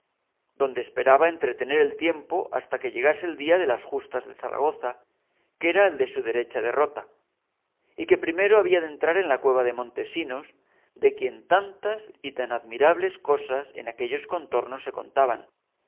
donde esperaba entretener el tiempo hasta que llegase el día de las justas de zaragoza que era el de su derecha derrota y que primero había de entrar en la cueva de montesinos de quien tantas y tan admirables cosas en aquellos contornos se contaban